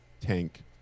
tank